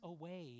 away